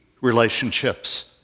relationships